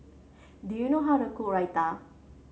do you know how to cook Raita